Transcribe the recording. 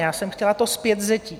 Já jsem chtěla to zpětvzetí.